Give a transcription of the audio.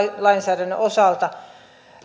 lainsäädännön osalta